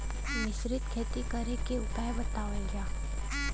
मिश्रित खेती करे क उपाय बतावल जा?